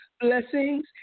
blessings